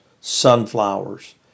sunflowers